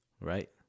Right